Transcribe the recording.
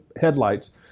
headlights